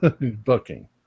booking